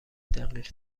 دقیق